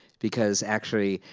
because actually,